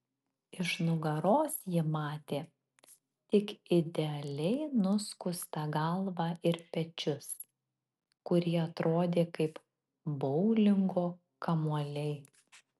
iš nugaros ji matė tik idealiai nuskustą galvą ir pečius kurie atrodė kaip boulingo kamuoliai